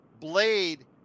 Blade